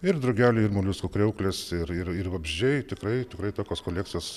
ir drugeliai ir moliuskų kriauklės ir ir ir vabzdžiai tikrai tikrai tokios kolekcijos